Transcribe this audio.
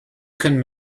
can